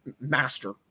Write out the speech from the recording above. master